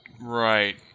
right